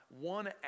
one